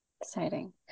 Exciting